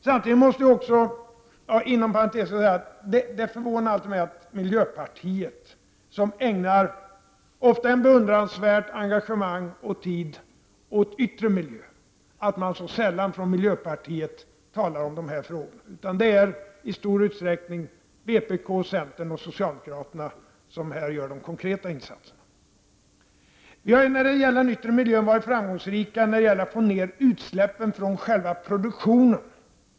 Inom parentes vill jag säga att det alltid förvånar mig att miljöpartiet, som ofta ägnar ett beundransvärt engagemang och mycket tid åt yttre miljö, sällan talar om de här frågorna. Det är i stor utsträckning vpk, centern och socialdemokraterna som här gör de konkreta insatserna. Vi har i fråga om den yttre miljön varit framgångsrika när det gäller att få ner utsläppen från själva produktionen.